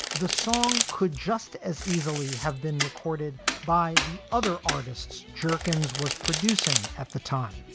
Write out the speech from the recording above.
the song could just as easily have been recorded by the other artists jerkins was producing at the time,